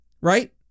right